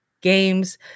games